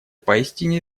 поистине